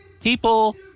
People